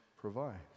provides